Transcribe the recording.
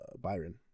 Byron